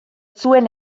zuen